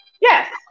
yes